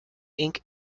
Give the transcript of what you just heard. inc